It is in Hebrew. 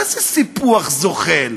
מה זה סיפוח זוחל?